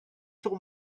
till